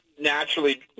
naturally